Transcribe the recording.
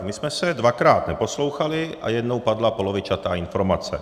My jsme se dvakrát neposlouchali a jednou padla polovičatá informace.